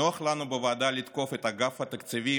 נוח לנו בוועדה לתקוף את אגף התקציבים,